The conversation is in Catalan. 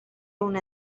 una